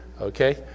okay